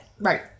Right